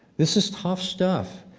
this is tough stuff,